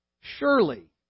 Surely